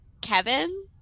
Kevin